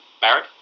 Barrett